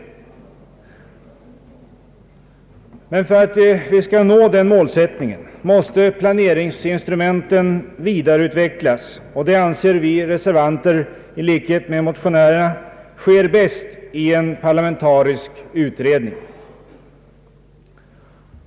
Men för att vi skall nå den målsättningen måste planeringsinstrumenten vidareutvecklas, och det anser vi reservanter i likhet med motionärerna sker bäst i en parlamentarisk utredning.